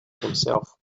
himself